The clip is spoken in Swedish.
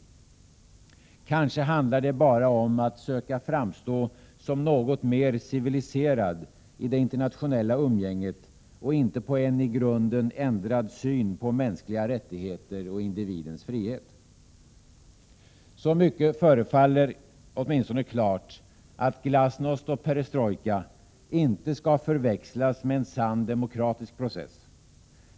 Kanske handlar det bara om att söka framstå som något mer civiliserad i det internationella umgänget och inte på en i grunden ändrad syn på mänskliga rättigheter och individens frihet. Så mycket förefaller klart att glasnost och perestrojka inte skall förväxlas med en sann demokratisk process.